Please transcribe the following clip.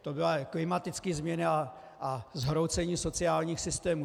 To byly klimatické změny a zhroucení sociálních systémů.